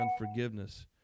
unforgiveness